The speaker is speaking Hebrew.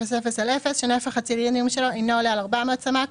301000/0 שנפח הצילינדרים שלו אינו עולה על 400 סמ"ק.